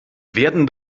werden